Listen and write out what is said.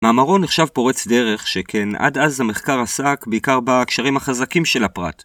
מאמרו נחשב פורץ דרך, שכן עד אז המחקר עסק בעיקר בקשרים החזקים של הפרט.